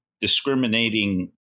discriminating